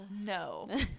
no